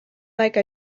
like